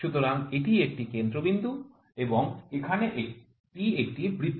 সুতরাং এটি একটি কেন্দ্রবিন্দু এবং এখানে এটি একটি বৃত্ত